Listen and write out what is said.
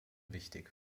wichtig